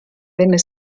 venne